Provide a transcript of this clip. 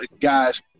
guys